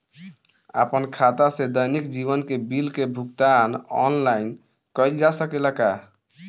आपन खाता से दैनिक जीवन के बिल के भुगतान आनलाइन कइल जा सकेला का?